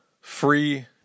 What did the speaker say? free